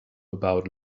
about